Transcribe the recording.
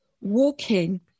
walking